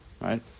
Right